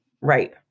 Right